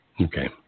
okay